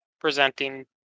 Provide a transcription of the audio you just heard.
presenting